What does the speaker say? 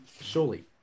surely